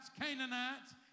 Canaanites